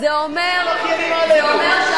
זה אומר,